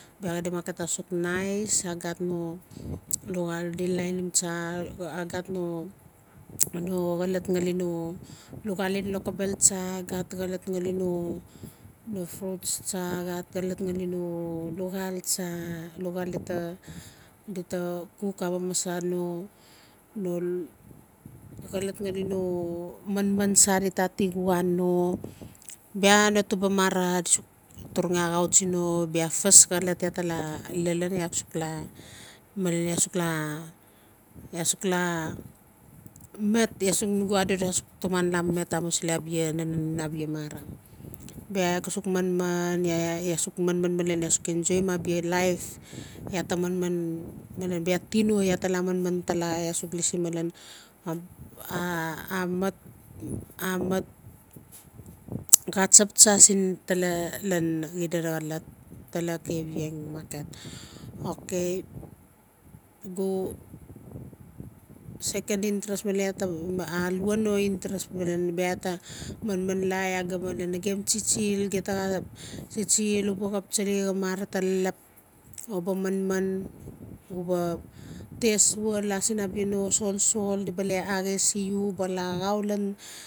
Biaa xadi market asuk nais a gat no luxaal di laini tsa a gat no no xolot ngali no luxaal en lokobel tsa a gat no no fruits tsa xolof ngali no luxaal tsa luxal ina di ta di ta kuk a mosa no no xolot ngali no manman tsa dita atixiwa no bia no tuba mara di j turangi axautsi no ma bia first xolot la ta la lalon iaa malen iaa suk la iaa suk la met la sin nugu adodo met amusil abia nanan ina bia mara bia iaa ga suk manman iaa suk enjoyim abia life ta manman lan male bia tino iaa ta la manman tala iaa suk lasi malen a mat xatsap tsa siin tala lan xida xolot tala kavieng market okay nugu second interest male iaa ta alua no interest bbala bia ia ta manman la la tsalei xa mara ta lelep u ba manman u ba te sua la sin abia no solsol le la aexes iu u ba la raun lan